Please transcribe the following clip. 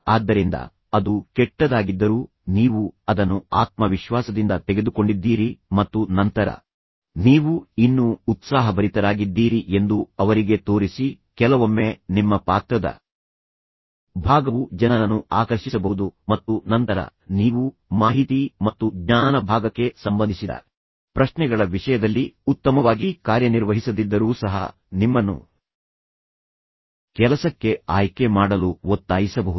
ಆದ್ದರಿಂದ ಅದು ಕೆಟ್ಟದಾಗಿದ್ದರೂ ನೀವು ಅದನ್ನು ಆತ್ಮವಿಶ್ವಾಸದಿಂದ ತೆಗೆದುಕೊಂಡಿದ್ದೀರಿ ಮತ್ತು ನಂತರ ನೀವು ಇನ್ನೂ ಉತ್ಸಾಹಭರಿತರಾಗಿದ್ದೀರಿ ಎಂದು ಅವರಿಗೆ ತೋರಿಸಿ ಕೆಲವೊಮ್ಮೆ ನಿಮ್ಮ ಪಾತ್ರದ ಭಾಗವು ಜನರನ್ನು ಆಕರ್ಷಿಸಬಹುದು ಮತ್ತು ನಂತರ ನೀವು ಮಾಹಿತಿ ಮತ್ತು ಜ್ಞಾನ ಭಾಗಕ್ಕೆ ಸಂಬಂಧಿಸಿದ ಪ್ರಶ್ನೆಗಳ ವಿಷಯದಲ್ಲಿ ಉತ್ತಮವಾಗಿ ಕಾರ್ಯನಿರ್ವಹಿಸದಿದ್ದರೂ ಸಹ ನಿಮ್ಮನ್ನು ಕೆಲಸಕ್ಕೆ ಆಯ್ಕೆ ಮಾಡಲು ಒತ್ತಾಯಿಸಬಹುದು